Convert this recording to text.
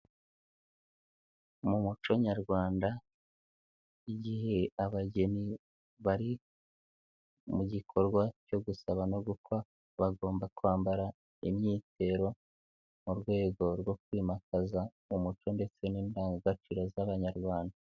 Mu muco nyarwanda igihe abageni bari mu gikorwa cyo gusaba no gukwa bagomba kwambara imyitero mu rwego rwo kwimakaza umuco ndetse n'indangagaciro z'Abanyarwanda.